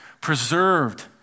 preserved